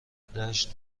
دشت